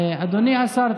אדוני השר,